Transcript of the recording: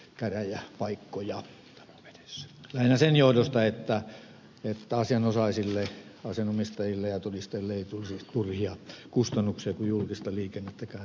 joillakin paikkakunnilla vielä säilytettiin käräjäpaikkoja lähinnä sen johdosta että asianosaisille asianomistajille ja todistajille ei tulisi turhia kustannuksia kun julkista liikennettäkään ei ole käytettävissä